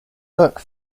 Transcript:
look